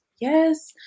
Yes